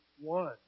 one